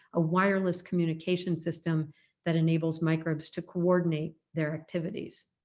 a wireless communication system that enables microbes to coordinate their activities.